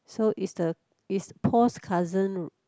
so it's the is Paul's cousin